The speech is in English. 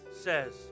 says